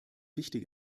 wichtig